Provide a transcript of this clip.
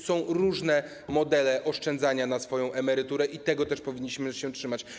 Są różne modele oszczędzania na swoją emeryturę i tego też powinniśmy się trzymać.